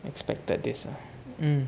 expected this ah um